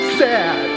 sad